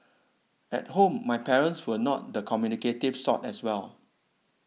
at home my parents were not the communicative sort as well